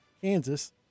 Kansas